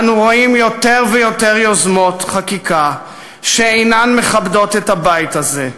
אנו רואים יותר ויותר יוזמות חקיקה שאינן מכבדות את הבית הזה,